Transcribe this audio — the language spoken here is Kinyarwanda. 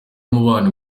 umubano